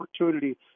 opportunity